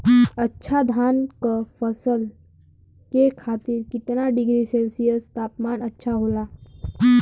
अच्छा धान क फसल के खातीर कितना डिग्री सेल्सीयस तापमान अच्छा होला?